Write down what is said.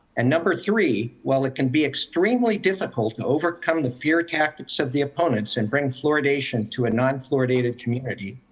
and number three, while it can be extremely difficult to overcome the fear tactics of the opponents and bring fluoridation to a non fluoridated community,